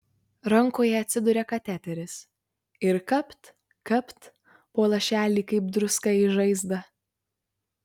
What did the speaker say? rankoje atsiduria kateteris ir kapt kapt po lašelį kaip druska į žaizdą